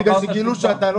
בגלל שגילו שאתה לא